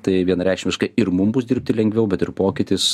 tai vienareikšmiškai ir mum bus dirbti lengviau bet ir pokytis